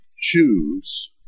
choose